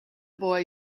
boy